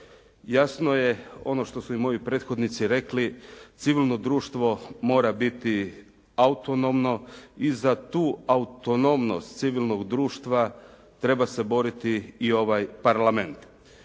Jasno je ono što su i moji prethodnici rekli, civilno društvo mora biti autonomno i za tu autonomnost civilnog društva treba se boriti i ovaj Parlament.